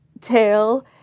tail